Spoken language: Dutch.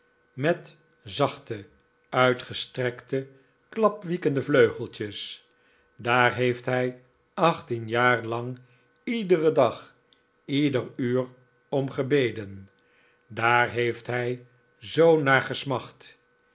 met zachte uitgestrekte klapwiekende vleugeltjes daar heeft hij achttien jaar lang iederen dag ieder uur om gebeden daar heeft hij zoo